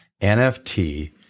NFT